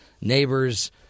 neighbors